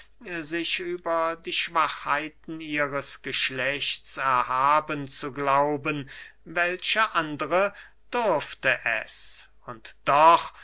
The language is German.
sich über die schwachheiten ihres geschlechts erhaben zu glauben welche andere dürfte es und doch